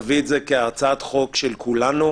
נביא את זה כהצעת חוק של כולנו,